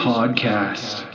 Podcast